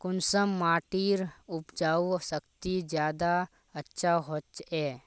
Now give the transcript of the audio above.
कुंसम माटिर उपजाऊ शक्ति ज्यादा अच्छा होचए?